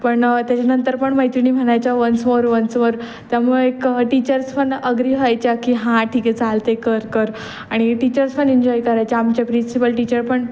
पण त्याच्यानंतर पण मैत्रिणी म्हणायच्या वन्स मोर वंस मोर त्यामुळे क टीचर्स पण अग्री व्हायच्या की हां ठीक आहे चालते कर कर आणि टीचर्स पण एन्जॉय करायच्या आमच्या प्रिन्सिपल टीचर पण